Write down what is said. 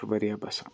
چھُ واریاہ بَسان